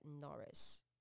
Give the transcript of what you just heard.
Norris